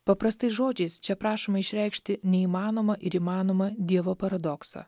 paprastais žodžiais čia prašoma išreikšti neįmanoma ir įmanoma dievo paradoksą